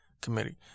Committee